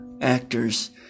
actors